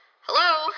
Hello